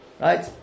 right